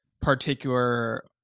particular